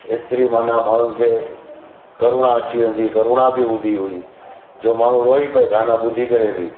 एतिरी माना माण्हुनि खे करुणा अची वेंदी करुणा बि हूंदी हुई जो माण्हू रोई पिए गाना ॿुधी करे बि